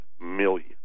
million